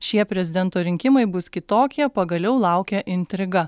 šie prezidento rinkimai bus kitokie pagaliau laukia intriga